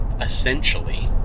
essentially